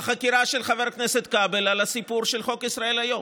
החקירה של חבר הכנסת כבל על הסיפור של חוק ישראל היום.